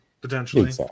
Potentially